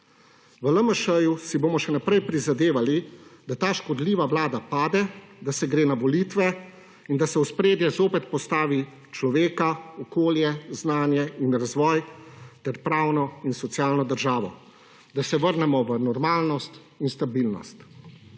V LMŠ si bomo še naprej prizadevali, da ta škodljiva vlada pade, da se gre na volitve in da se v ospredje zopet postavi človeka, okolje, znanje in razvoj ter pravno socialno državo. Da se vrnemo v normalnost in stabilnost.